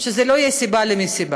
שזה לא יהיה סיבה למסיבה.